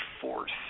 force